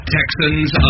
Texans